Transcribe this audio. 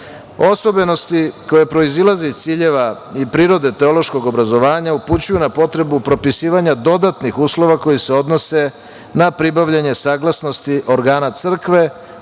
Osobenosti koje proizilaze iz ciljeva i prirode teološkog obrazovanja upućuju na potrebu propisivanja dodatnih uslova koji se odnose na pribavljanje saglasnosti organa crkve,